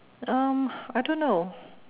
um I don't know